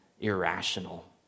irrational